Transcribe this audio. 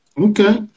okay